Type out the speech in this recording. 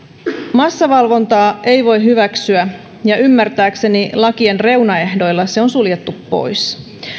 massavalvontaa ei voi hyväksyä ja ymmärtääkseni lakien reunaehdoilla se on suljettu pois